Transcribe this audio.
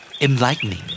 enlightening